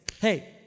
hey